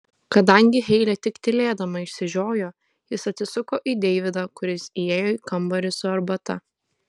kadangi heilė tik tylėdama išsižiojo jis atsisuko į deividą kuris įėjo į kambarį su arbata